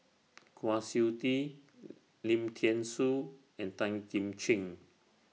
Kwa Siew Tee Lim Thean Soo and Tan Kim Ching